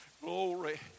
Glory